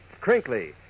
crinkly